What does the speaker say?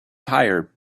tire